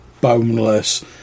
boneless